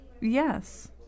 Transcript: Yes